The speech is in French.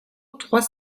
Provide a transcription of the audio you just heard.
trois